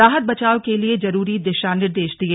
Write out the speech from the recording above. राहत बचाव के लिए जरूरी दिशा निर्देश दिये